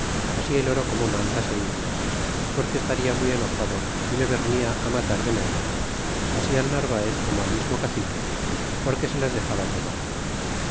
así el oro como mantas é indias porque estaria muy enojado y le vernia matar de méxico así al narvaez como al mismo cacique porque se las dexaba tomar